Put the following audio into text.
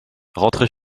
rentrez